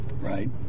Right